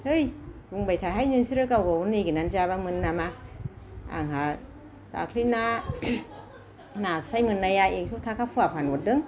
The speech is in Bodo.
है बुंबायथाहाय नोंसोरो गाव गावबा गाव नागिरनानै जायाबा मोनो नामा आंहा दाखालि ना नास्राय मोननाया एकस' थाखा फवा फानहरदों